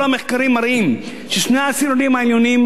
כל המחקרים מראים ששני העשירונים העליונים,